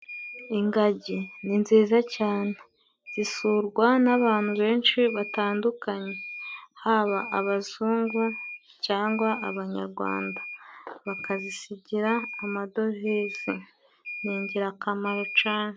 Ingagi ni nziza cyane zisurwa n'abantu benshi batandukanye haba abazungu, cyangwa abanyagwanda bakazisigira amadovize ni ingirakamaro cane.